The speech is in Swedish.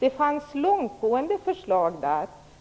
Den hade långtgående förslag